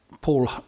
Paul